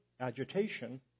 Agitation